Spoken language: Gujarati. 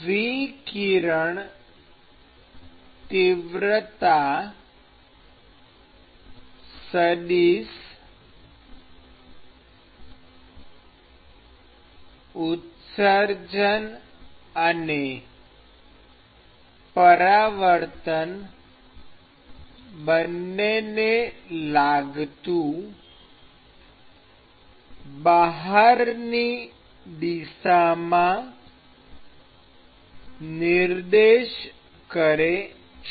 વિકિરણ તીવ્રતા સદિશ ઉત્સર્જન અને પરાવર્તન બંને ને લાગતું બહારની દિશામાં નિર્દેશ કરે છે